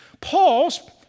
Paul's